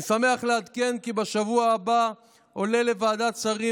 אני שמח לעדכן כי בשבוע הבא עולה לוועדת שרים